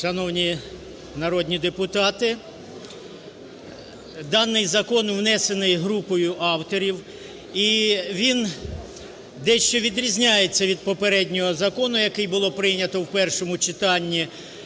Шановні народні депутати, даний закон внесений групою авторів і він дещо відрізняється від попереднього закону, який було прийнято в першому читанні,